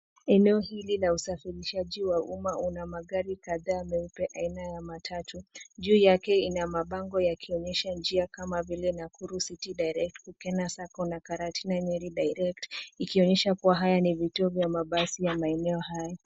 Eneo hili la usafirishaji wa umma una magari kadhaa meupe, aina ya matatu. Juu yake ina mabango yakionyesha njia kama vile Nakuru city Direct, Kukena Sacco na Karatina Nyeri Direct, ikionyesha kuwa haya ni vituo vya mabasi ya maeneo haya.